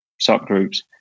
subgroups